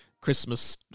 Christmas